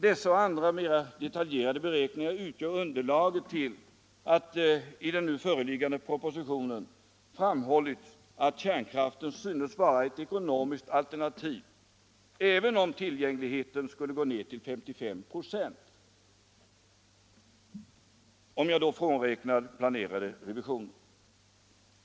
Dessa och andra mera detaljerade beräkningar utgör underlaget till att det i den nu föreliggande propositionen framhållits att kärnkraften synes vara ett ekonomiskt alternativ även om tillgängligheten skulle gå ned till 55 926, om jag då frånräknar beräknade revisioner.